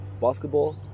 basketball